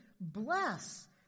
bless